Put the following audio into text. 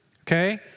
Okay